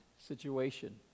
situation